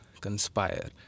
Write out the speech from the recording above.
Conspire